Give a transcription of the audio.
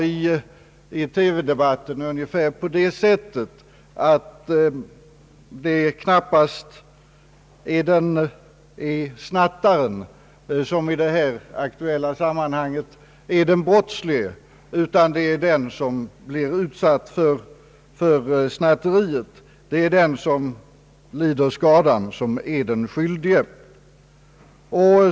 I TV-debatten sades bland annat att det knappast är snattaren som i det aktuella sammanhanget är den brottslige, utan det är den som blir utsatt för snatteriet, den som lider skada, som är den skyldige.